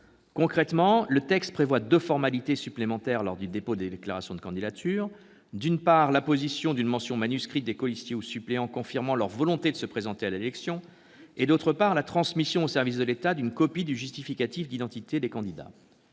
Concrètement, le texte prévoit deux formalités supplémentaires lors du dépôt des déclarations de candidature : d'une part, l'apposition d'une mention manuscrite des colistiers ou suppléants confirmant leur volonté de se présenter à l'élection, d'autre part, la transmission aux services de l'État d'une copie du justificatif d'identité des candidats.